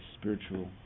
spiritual